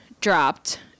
dropped